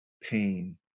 pain